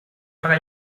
fra